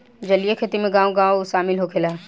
जलीय खेती में गाँव गाँव शामिल होखेला